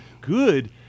good